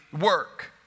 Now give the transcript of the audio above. work